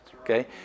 Okay